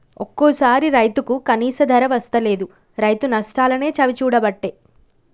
ఒక్కోసారి రైతుకు కనీస ధర వస్తలేదు, రైతు నష్టాలనే చవిచూడబట్టే